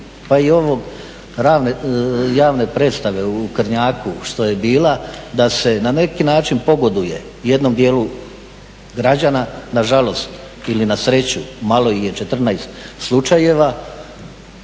pa i ove javne predstave u … što je bila, da se na neki način pogoduje jednom dijelu građana, nažalost ili na sreću, malo ih je, 14 slučajeva,